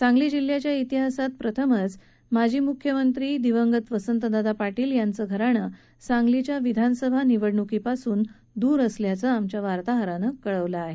सांगली जिल्ह्याच्या इतिहासात पहिल्यांदाच माजी मुख्यमंत्री स्वर्गीय वसंतदादा पाटील यांचे घराणे सांगलीच्या विधानसभा निवडण्की पासून दूर आहे असं आमच्या वार्ताहरानं कळवलं आहे